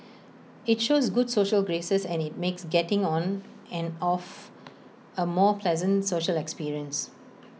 IT shows good social graces and IT makes getting on and off A more pleasant social experience